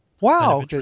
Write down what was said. Wow